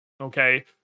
Okay